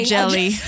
Jelly